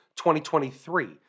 2023